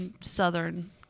southern